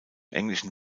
englischen